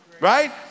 right